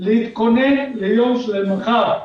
להתכונן ליום של מחר.